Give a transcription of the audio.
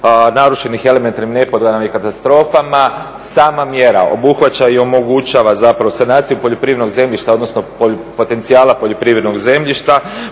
narušenih elementarnim mjerama i katastrofama. Sama mjera obuhvaća i omogućava zapravo sanaciju poljoprivrednog zemljišta odnosno potencijala poljoprivrednog zemljišta